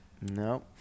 No